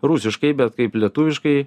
rusiškai bet kaip lietuviškai